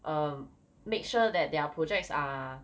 um make sure that their projects are